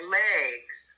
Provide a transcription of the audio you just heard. legs